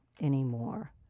Anymore